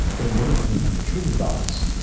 they named him shrinivas.